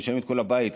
משלמים את כל הבית,